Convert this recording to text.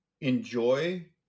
enjoy